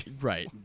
Right